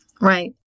Right